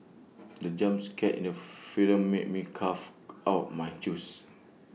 the jump scare in the film made me cough out my juice